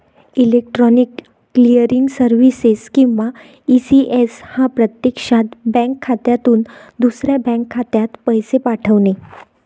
electronic clearing services किंवा ECS हा प्रत्यक्षात बँक खात्यातून दुसऱ्या बँक खात्यात पैसे पाठवणे